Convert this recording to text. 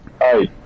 Hi